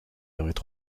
arête